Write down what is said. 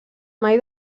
mai